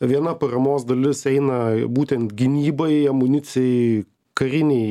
viena paramos dalis eina būtent gynybai amunicijai karinei